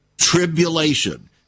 Tribulation